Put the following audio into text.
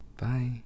Bye